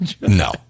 no